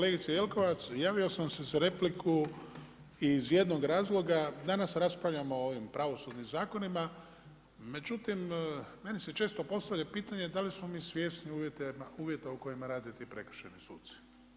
Kolegica Jelkovac, javio sam se za repliku iz jednog razloga, danas raspravljamo o ovim pravosudnim zakonima, međutim, meni se često postavlja pitanje, da li smo svjesni uvjeta u kojima rade ti prekršajni suci.